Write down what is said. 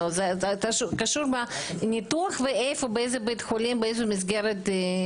זה קשור בניתוח ובאיזה בית חולים, באיזה מסגרת.